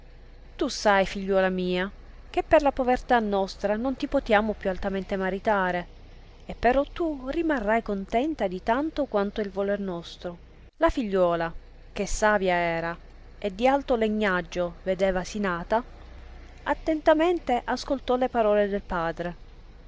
tu sai figliuola mia che per la povertà nostra non ti potiamo più altamente maritare e però tu rimarrai contenta di tanto quanto è il voler nostro la figliuola che savia era e di alto legnaggio vedevasi nata attentamente ascoltò le parole del padre